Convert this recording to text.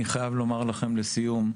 אני חייב לומר לכם לסיום.